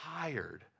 tired